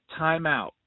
timeout